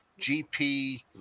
GP